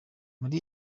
muri